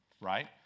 right